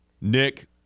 Nick